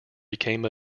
became